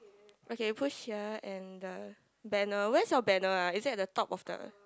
okay push here and the banner where's your banner ah is it at the top of the